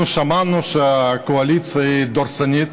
אנחנו שמענו שהקואליציה היא דורסנית,